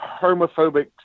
homophobic